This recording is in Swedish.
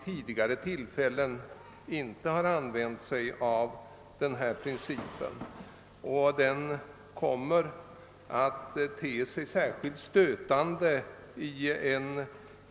Tidigare har man inte använt sig av den principen, som i en hel del fall kommer att te sig mycket stötande.